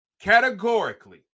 categorically